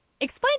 Explain